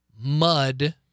Mud